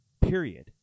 period